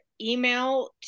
email